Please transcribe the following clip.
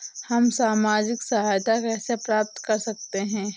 हम सामाजिक सहायता कैसे प्राप्त कर सकते हैं?